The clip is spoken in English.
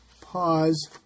Pause